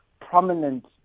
prominent